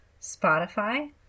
Spotify